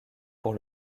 pour